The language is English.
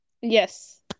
yes